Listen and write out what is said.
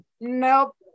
nope